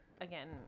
again